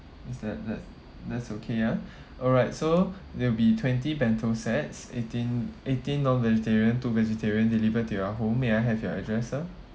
is that that that's okay ah alright so there'll be twenty bento sets eighteen eighteen non vegetarian two vegetarian delivered to your home may I have your address sir